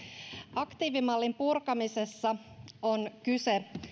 aktiivimallin purkamisessa on kyse